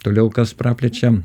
toliau kas praplečia